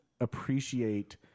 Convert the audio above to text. appreciate